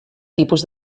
tipus